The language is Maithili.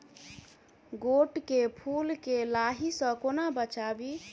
गोट केँ फुल केँ लाही सऽ कोना बचाबी?